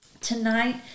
Tonight